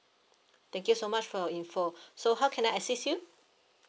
thank you so much for your info so how can I assist you